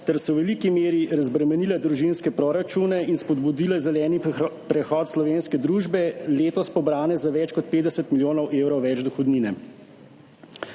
ter so v veliki meri razbremenile družinske proračune in spodbudile zeleni prehod slovenske družbe, letos pobrane za več kot 50 milijonov evrov več dohodnine.